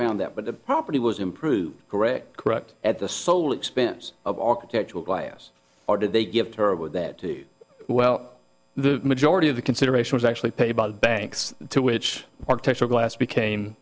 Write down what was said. found that but the property was improved correct correct at the sole expense of architectural glass or did they give her with that well the majority of the consideration was actually paid by the banks to which architectural glass became